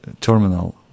terminal